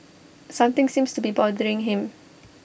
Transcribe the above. something seems to be bothering him